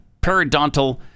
periodontal